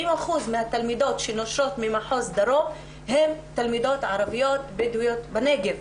70% מן התלמידות שנושרות ממחוז דרום הן תלמידות ערביות בדואיות בנגב,